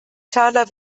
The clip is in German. taler